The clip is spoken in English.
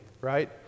Right